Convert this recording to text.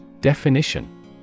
Definition